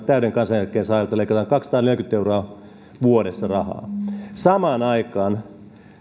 täyden kansaneläkkeen saajilta leikataan kaksisataaneljäkymmentä euroa vuodessa rahaa samaan aikaan